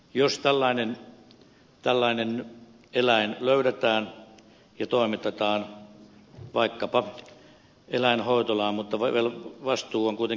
jos tällainen eläin löydetään ja toimitetaan vaikkapa eläinhoitolaan vastuu on kuitenkin kunnalla